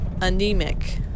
anemic